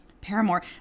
Paramore